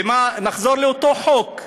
נחזור לאותו חוק.